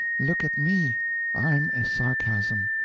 look at me i'm a sarcasm!